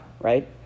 right